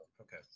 okay